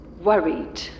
worried